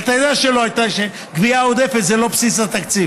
כי אתה יודע שגבייה עודפת זה לא בסיס התקציב,